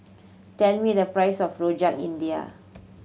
tell me the price of Rojak India